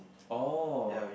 oh